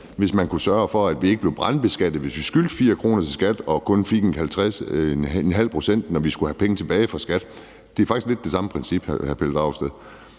hvis man kunne sørge for, at vi ikke blev brandbeskattet, hvis vi skyldte 4 kr. i skat, og kun fik ½ pct., når vi skulle have penge tilbage fra skattevæsenet. Det er faktisk lidt det samme princip, hr. Pelle Dragsted.